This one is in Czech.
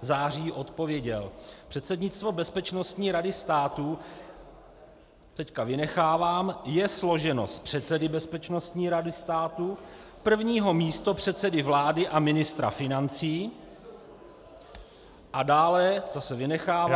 září 2015 odpověděl: Předsednictvo Bezpečnostní rady státu teď vynechávám je složeno z předsedy Bezpečnostní rady státu, prvního místopředsedy vlády a ministra financí a dále zase vynechávám